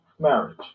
marriage